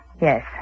Yes